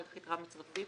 ערך או יתרה מצרפית,